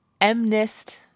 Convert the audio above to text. MNIST